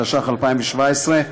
התשע"ח 2017,